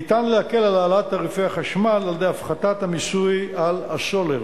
ניתן להקל על העלאת תעריפי החשמל על-ידי הפחתת המיסוי על הסולר.